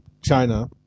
China